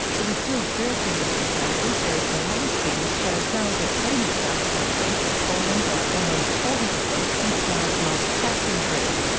the distilled spirits industry council says the latest figures show sales of pre-mixed alcoholic drinks have fallen by almost forty percent since last month's tax increase.